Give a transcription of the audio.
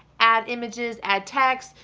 add images, add text,